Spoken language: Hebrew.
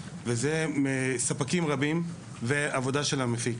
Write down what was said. אחריה, וזה ספקים רבים ועבודה של המפיק.